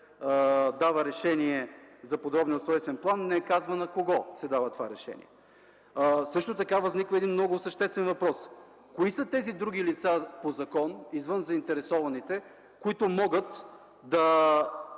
дава решение за подробния устройствен план, но не казва на кого се дава това решение. Възниква и един много съществен въпрос – кои са тези други лица по закон извън заинтересованите, които могат да